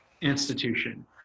institution